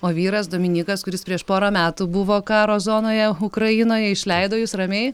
o vyras dominykas kuris prieš porą metų buvo karo zonoje ukrainoje išleido jus ramiai